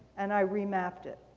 and i remapped it.